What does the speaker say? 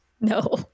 No